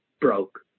broke